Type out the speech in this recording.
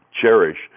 cherish